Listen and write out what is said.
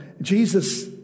Jesus